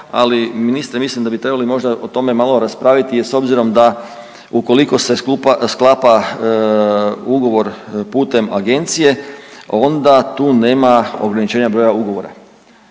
ali ministre mislim da bi trebali možda o tome malo raspraviti jer s obzirom da ukoliko se sklapa ugovor putem agencije onda tu nema ograničenja broja ugovora,